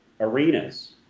arenas